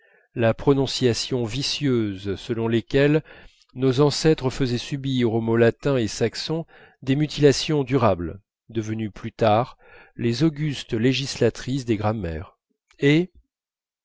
la prononciation vicieuse selon lesquels nos ancêtres faisaient subir aux mots latins et saxons des mutilations durables devenues plus tard les augustes législatrices des grammaires et